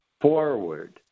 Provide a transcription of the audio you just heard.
forward